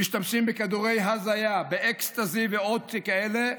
שמשתמשים בכדורי הזיה, באקסטזי ועוד שכאלה,